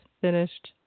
finished